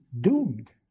doomed